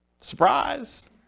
Surprise